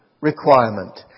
requirement